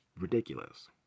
ridiculous